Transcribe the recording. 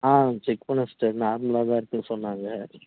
ஆ check பண்ணிணேன் sister நார்மலாக தான் இருக்குதுனு சொன்னாங்க